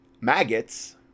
maggots